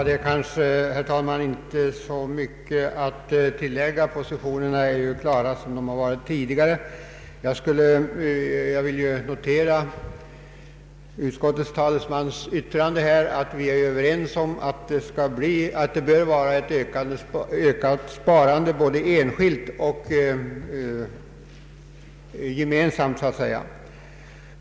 Herr talman! Det är kanske inte så mycket att tillägga. Positionerna är ju klara, liksom de har varit tidigare. Jag vill notera yttrandet av utskottets talesman att vi är överens om att det bör vara ett ökat sparande både enskilt och kollektivt.